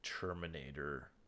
terminator